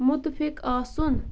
مُتفِق آسُن